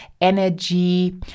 energy